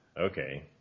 Okay